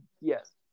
Yes